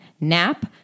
nap